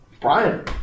Brian